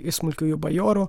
į smulkiųjų bajorų